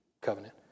covenant